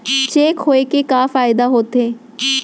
Cheque होए के का फाइदा होथे?